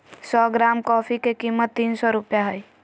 सो gram coffee के कीमत तीन सो रुपया हइ